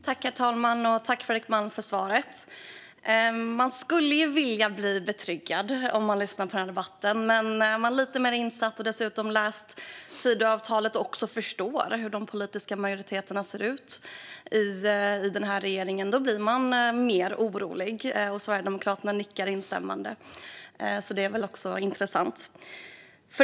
Herr talman! Tack, Fredrik Malm, för svaret! Man skulle ju vilja bli betryggad när man lyssnar på den här debatten. Men om man är lite mer insatt och dessutom har läst Tidöavtalet och förstår hur de politiska majoriteterna ser ut i den här regeringen blir man orolig. Sverigedemokraterna nickar instämmande. Det är också intressant.